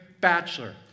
bachelor